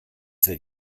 that